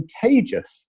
contagious